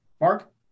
Mark